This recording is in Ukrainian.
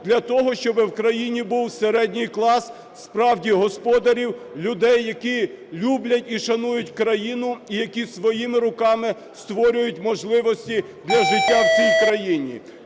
для того, щоб в країні був середній клас справді господарів, людей, які люблять і шанують країну і які своїми руками створюють можливості для життя в цій країні.